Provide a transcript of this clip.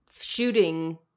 shooting